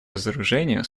разоружению